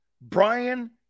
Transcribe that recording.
Brian